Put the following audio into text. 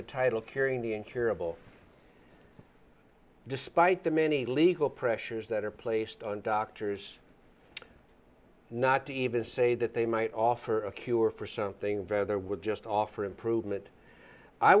the title curing the incurable despite the many legal pressures that are placed on doctors not to even say that they might offer a cure for something better there would just offer improvement i